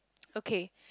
okay